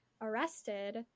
arrested